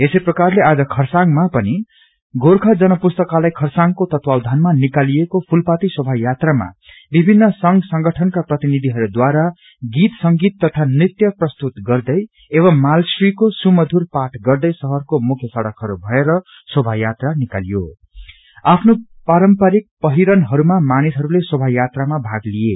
यसै प्रकारले आज खरसाङमा पनि गोख्य जन पुस्तकालय खरसाङको तत्वाधनमा निकालिएको फूलपाती शेभा यात्रामा विभिन्न संघ संगठनका प्रतिनिधिहरूद्वराा गीत संगीत तथा नृत्य पप्रस्तुत गर्दै एवं मालश्रीको सुमधुर पाठ गर्दै शहरको मुख्य सड़कहरू भएर शोभायत्रा निकालियो आफ्नो पारम्परिक पहिरनहरूमा मानिसहरूलेशेभायात्रामा भाग लिए